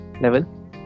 level